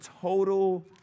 total